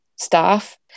staff